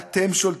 אתם שולטים.